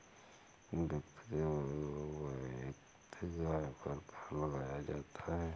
व्यक्ति के वैयक्तिक आय पर कर लगाया जाता है